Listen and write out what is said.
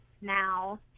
now